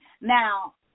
Now